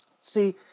See